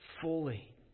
fully